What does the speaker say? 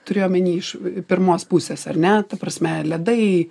turiu omeny iš pirmos pusės ar ne ta prasme ledai